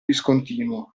discontinuo